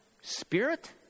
spirit